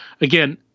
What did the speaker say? Again